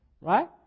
Right